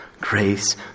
Grace